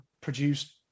produced